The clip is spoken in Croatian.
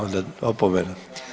onda opomena.